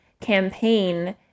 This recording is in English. campaign